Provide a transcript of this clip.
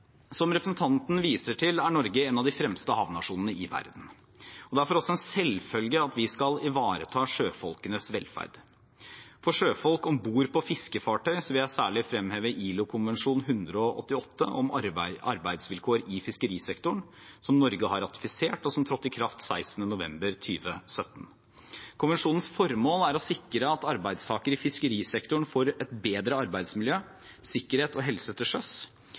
Som representanten viser til, er Norge en av de fremste havnasjonene i verden, og det er for oss en selvfølge at vi skal ivareta sjøfolkenes velferd. For sjøfolk om bord på fiskefartøy vil jeg særlig fremheve ILO-konvensjon 188, om arbeidsvilkår i fiskerisektoren, som Norge har ratifisert, og som trådte i kraft 16. november 2017. Konvensjonens formål er å sikre at arbeidstakere i fiskerisektoren får bedre arbeidsmiljø, sikkerhet og helse til sjøs,